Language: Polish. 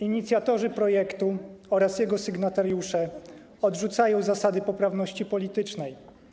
Inicjatorzy projektu oraz jego sygnatariusze odrzucają zasady poprawności politycznej.